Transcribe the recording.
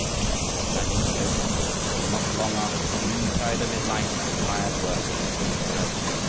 but it had been broken, and not long after the noontide of his life the tired worker was called home.